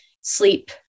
sleep